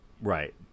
right